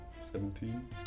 Seventeen